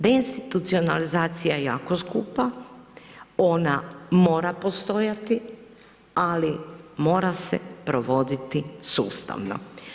Deinstitucionalizacija je jako skupa, ona mora postojati, ali mora se provoditi sustavno.